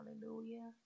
hallelujah